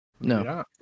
No